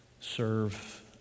serve